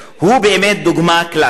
הוא באמת דוגמה קלאסית,